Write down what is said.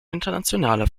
internationaler